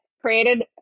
created